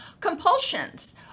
compulsions